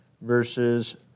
verses